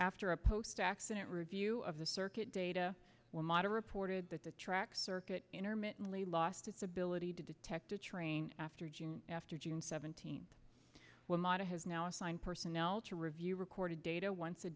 after a post accident review of the circuit data when model reported that the track circuit intermittently lost its ability to detect a train after after june seventeenth when model has now assigned personnel to review recorded data once a